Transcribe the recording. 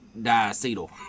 diacetyl